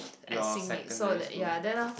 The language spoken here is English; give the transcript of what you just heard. your secondary school